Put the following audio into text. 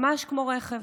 ממש כמו רכב